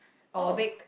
or bake